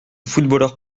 footballeur